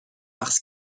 parce